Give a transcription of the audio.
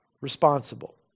Responsible